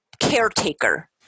caretaker